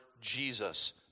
Jesus